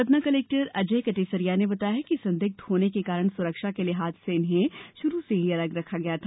Satna collector Ajay Katesaria ने बताया है कि संदिग्ध होने के कारण सुरक्षा के लिहाज से इन्हें शुरू से ही अलग रखा गया था